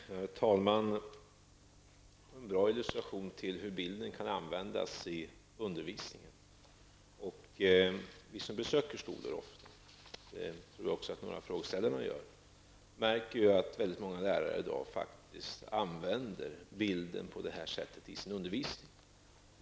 Herr talman! Det var en bra illustration på hur bilden kan användas i undervisningen. Vi som ofta besöker skolor -- det tror jag några av frågeställarna också gör -- märker att väldigt många lärare i dag använder bilden på detta sätt i sin undervisning.